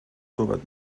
صحبت